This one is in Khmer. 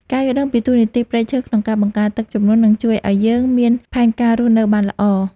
ការយល់ដឹងពីតួនាទីព្រៃឈើក្នុងការបង្ការទឹកជំនន់នឹងជួយឱ្យយើងមានផែនការរស់នៅបានល្អ។